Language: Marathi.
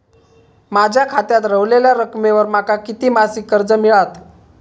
माझ्या खात्यात रव्हलेल्या रकमेवर माका किती मासिक कर्ज मिळात?